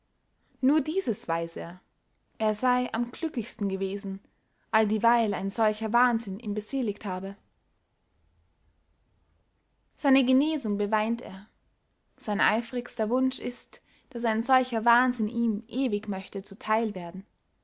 nur dieses weiß er er sey am glücklichsten gewesen alldieweil ein solcher wahnsinn ihn beseligt habe seine genesung beweint er sein eifrigster wunsch ist daß ein solcher wahnsinn ihm ewig möchte zu theil werden